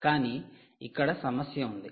కానీ ఇక్కడ సమస్య ఉంది